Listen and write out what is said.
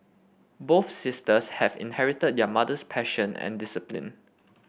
both sisters have inherited their mother's passion and discipline